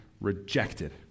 rejected